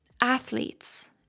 athletes